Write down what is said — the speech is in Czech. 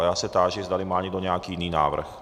Já se táži, zdali má někdo nějaký jiný návrh.